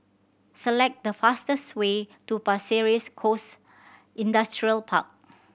select the fastest way to Pasir Ris Coast Industrial Park